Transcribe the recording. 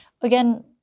again